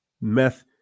meth